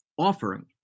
offering